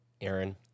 Aaron